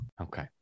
Okay